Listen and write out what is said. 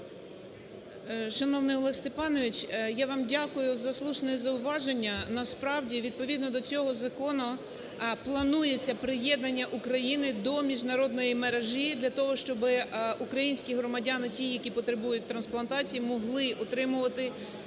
Шановний Олег Степанович, я вам дякую за слушне зауваження. Насправді відповідно до цього закону планується приєднання України до міжнародної мережі для того, щоб українські громадяни ті, які потребують трансплантації, могли отримувати і